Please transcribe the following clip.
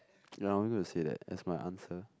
ya I'm going to say that as my answer